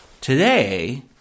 Today